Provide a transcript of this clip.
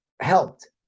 helped